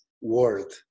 world